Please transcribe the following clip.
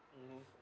mmhmm